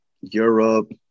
Europe